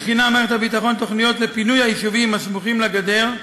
מערכת הביטחון מכינה תוכניות לפינוי היישובים הסמוכים לגדר,